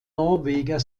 norweger